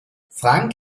frank